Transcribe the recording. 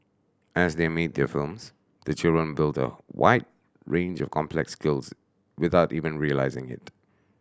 as they make their films the children build a wide range of complex skills without even realising it